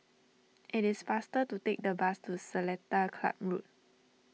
it is faster to take the bus to Seletar Club Road